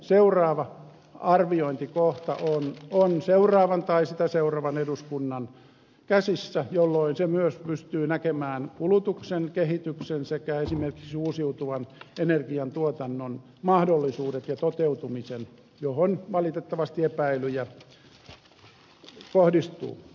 seuraava arviointikohta on seuraavan tai sitä seuraavan eduskunnan käsissä jolloin se myös pystyy näkemään kulutuksen kehityksen sekä esimerkiksi uusiutuvan energian tuotannon mahdollisuudet ja toteutumisen johon valitettavasti epäilyjä kohdistuu